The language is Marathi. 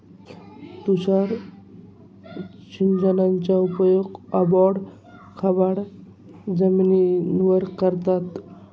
तुषार सिंचनाचा उपयोग ओबड खाबड जमिनीवर करतात